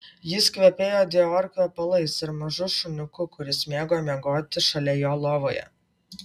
jis kvepėjo dior kvepalais ir mažu šuniuku kuris mėgo miegoti šalia jo lovoje